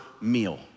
meal